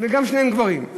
וגם שניהם גברים.